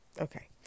okay